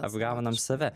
apgaunam save